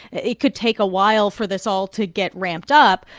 it could take a while for this all to get ramped up.